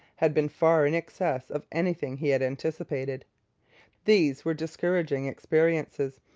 had been far in excess of anything he had anticipated these were discouraging experiences.